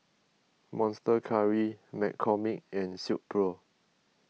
Monster Curry McCormick and Silkpro